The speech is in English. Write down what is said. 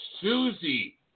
Susie